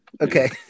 Okay